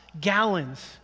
gallons